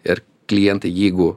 ir klientai jeigu